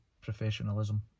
professionalism